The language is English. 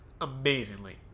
amazingly